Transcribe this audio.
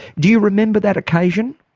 do you remember that occasion?